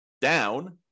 down